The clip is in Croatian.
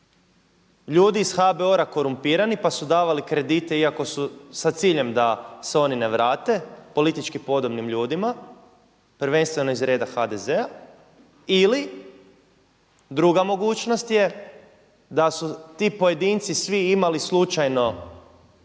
ljudi iz HBOR-a korumpirani pa su davali kredite iako su sa ciljem da se oni ne vrate, politički podobnim ljudima, prvenstveno iz reda HDZ-a, ili druga mogućnost je da su ti pojedinci svi imali slučajno